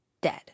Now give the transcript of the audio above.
dead